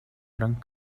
gran